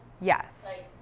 Yes